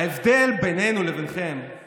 ההבדל בינינו לבינכם הוא